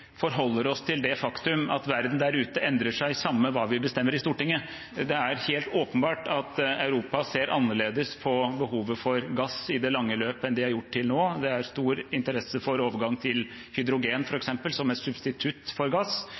forholder oss til det faktum at verden der ute endrer seg, samme hva vi bestemmer i Stortinget. Det er helt åpenbart at Europa ser annerledes på behovet for gass i det lange løp enn de har gjort til nå. Det er stor interesse for overgang til hydrogen, f.eks., som et substitutt for gass.